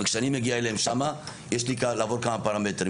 כשאני מגיע אליהם, יש לי לעבור כמה פרמטרים.